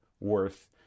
worth